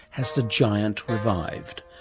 has the giant revived.